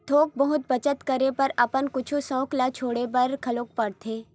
थोक बहुत बचत करे बर अपन कुछ सउख ल छोड़े बर घलोक परथे